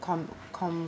com~